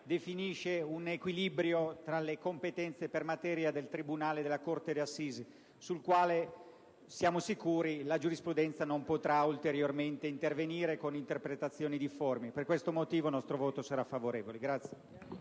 definisce un equilibrio tra le competenze per materia del tribunale e della corte d'assise sul quale - siamo certi - la giurisprudenza non potrà ulteriormente intervenire con interpretazioni difformi. Per questo motivo il nostro voto sarà favorevole.